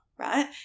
right